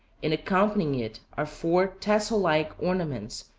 and accompanying it are four tassel-like ornaments,